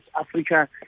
Africa